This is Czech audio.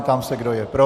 Ptám se, kdo je pro.